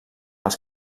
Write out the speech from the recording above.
els